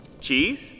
Cheese